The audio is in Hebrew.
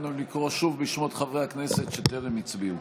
נא לקרוא שוב בשמות חברי הכנסת שטרם הצביעו.